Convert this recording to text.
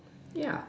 ya